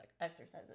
exercises